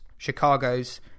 Chicago's